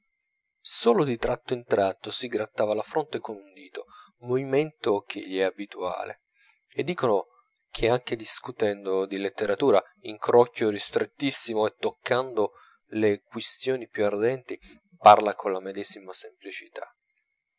solo di tratto in tratto si grattava la fronte con un dito movimento che gli è abituale e dicono che anche discutendo di letteratura in crocchio ristrettissimo e toccando le quistioni più ardenti parla colla medesima semplicità